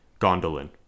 Gondolin